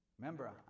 Remember